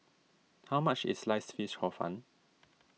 how much is Sliced Fish Hor Fun